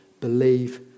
believe